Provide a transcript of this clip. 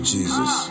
Jesus